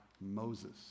Moses